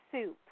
soup